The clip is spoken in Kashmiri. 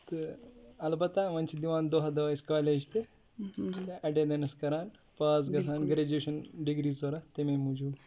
تہٕ اَلبتہ وۄنۍ چھِ دِوان دۄہ دۄہ أسۍ کالج تہٕ اٮ۪ٹٮ۪نٛڈٮ۪نٕس کَران پاس گَژھان گرٛیجویشَن ڈِگری ضوٚرتھ تَمے موٗجوٗب